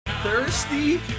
Thirsty